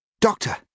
Doctor